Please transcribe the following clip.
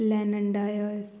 Lennon Dias